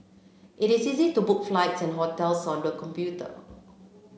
it is easy to book flights and hotels on the computer